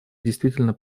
действительно